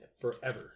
forever